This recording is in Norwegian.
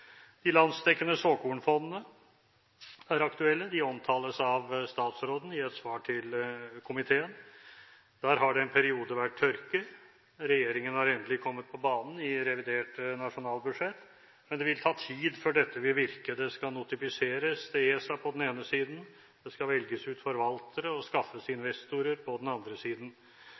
De landsdekkende såkornfondene er aktuelle. De omtales av statsråden i et svar til komiteen. Der har det en periode vært tørke. Regjeringen har endelig kommet på banen i revidert nasjonalbudsjett, men det vil ta tid før dette vil virke. De skal notifiseres til ESA på den ene siden. Det skal velges ut forvaltere og skaffes investorer på den andre siden.